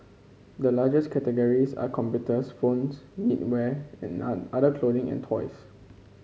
the largest categories are computers phones knitwear other clothing and toys